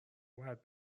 باید